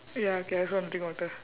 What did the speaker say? ya okay I also want to drink water